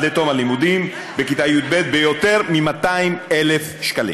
לתום הלימודים בכיתה י"ב ביותר מ-200,000 שקלים.